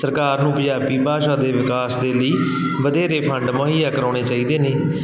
ਸਰਕਾਰ ਨੂੰ ਪੰਜਾਬੀ ਭਾਸ਼ਾ ਦੇ ਵਿਕਾਸ ਦੇ ਲਈ ਵਧੇਰੇ ਫੰਡ ਮੁਹੱਈਆ ਕਰਾਉਣੇ ਚਾਹੀਦੇ ਨੇ